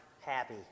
happy